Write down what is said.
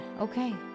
Okay